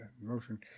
motion